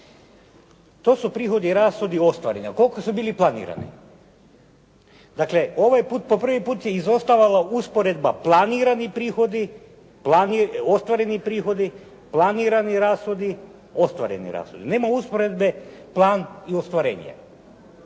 To su prihodi i rashodi ostvareni, a koliko su bili planirani? Dakle, ovaj put po prvi put je izostajala usporedba planirani prihodi, ostvareni prihodi, planirani rashodi, ostvareni rashodi. Nema usporedbe plan i ostvarenje.